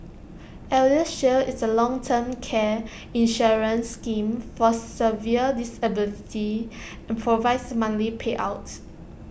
eldershield is A long term care insurance scheme for severe disability and provides monthly payouts